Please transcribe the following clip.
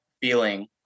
feeling